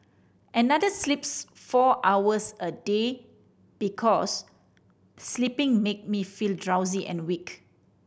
another sleeps four hours a day because sleeping make me feel drowsy and weak